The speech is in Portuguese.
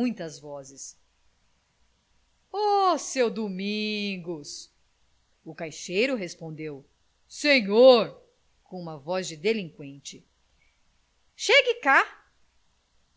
muitas vozes o seu domingos o caixeiro respondeu senhor com uma voz de delinqüente chegue cá